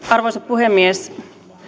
arvoisa puhemies